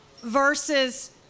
versus